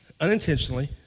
unintentionally